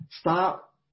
Stop